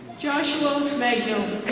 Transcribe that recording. joshua mchill.